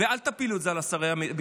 זאת האחריות של הממשלה,